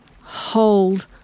hold